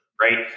right